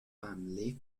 family